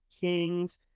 kings